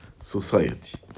society